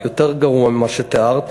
יותר גרוע ממה שתיארת,